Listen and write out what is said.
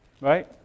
right